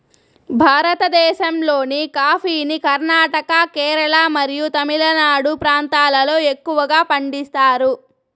భారతదేశంలోని కాఫీని కర్ణాటక, కేరళ మరియు తమిళనాడు ప్రాంతాలలో ఎక్కువగా పండిస్తారు